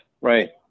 right